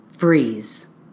freeze